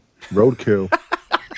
Roadkill